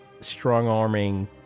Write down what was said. strong-arming